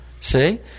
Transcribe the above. see